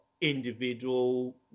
individual